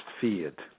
feared